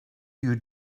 you